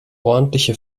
ordentliche